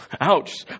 ouch